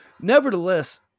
Nevertheless